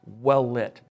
well-lit